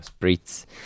Spritz